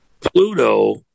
Pluto